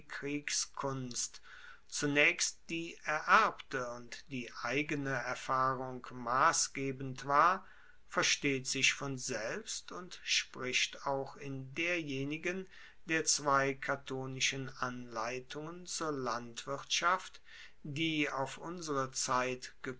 kriegskunst zunaechst die ererbte und die eigene erfahrung massgebend war versteht sich von selbst und spricht auch in derjenigen der zwei catonischen anleitungen zur landwirtschaft die auf unsere zeit